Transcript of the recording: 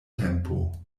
tempo